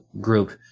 group